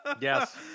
Yes